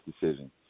decision